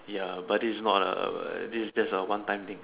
ya but this not a uh this is just a one time thing